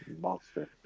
monster